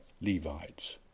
Levites